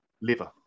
liver